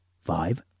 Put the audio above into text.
five